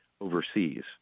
overseas